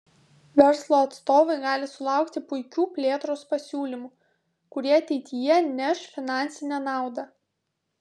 verslo atstovai gali sulaukti puikių plėtros pasiūlymų kurie ateityje neš finansinę naudą